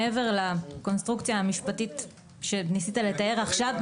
מעבר לקונסטרוקציה המשפטית שניסית לתאר עכשיו,